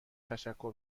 تشکر